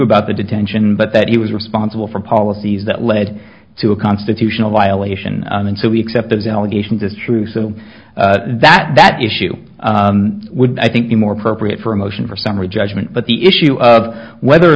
about the detention but that he was responsible for policies that led to a constitutional violation and so we accept his allegations is true so that that issue would i think be more appropriate for a motion for summary judgment but the issue of whether or